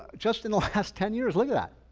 just in the last ten years. look at that.